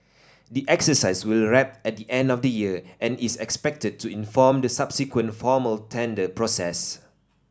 the exercise will wrap at the end of the year and is expected to inform the subsequent formal tender process